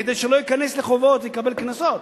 כדי שלא ייכנס לחובות ויקבל קנסות?